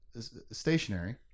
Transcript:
stationary